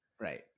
right